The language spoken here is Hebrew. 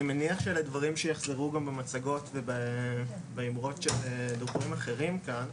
אני מניח שאלו דברים שיחקרו גם במצגות ובאימרות של דוברים אחרים כאן.